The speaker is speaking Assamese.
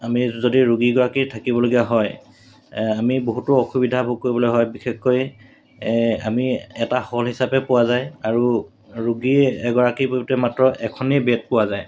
আমি যদি ৰোগী এগৰাকী থাকিবলগীয়া হয় আমি বহুতো অসুবিধা ভোগ কৰিবলৈ হয় বিশেষকৈ আমি এটা হল হিচাপে পোৱা যায় আৰু ৰোগী এগৰাকী বহুতে মাত্ৰ এখনেই বেড পোৱা যায়